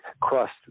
crust